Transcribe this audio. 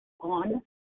on